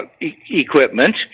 equipment